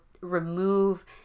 remove